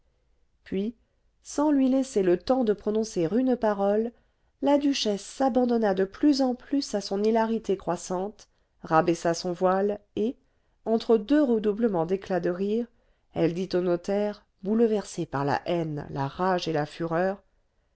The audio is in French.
puis sans lui laisser le temps de prononcer une parole la duchesse s'abandonna de plus en plus à son hilarité croissante rabaissa son voile et entre deux redoublements d'éclats de rire elle dit au notaire bouleversé par la haine la rage et la fureur